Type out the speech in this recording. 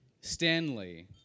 Stanley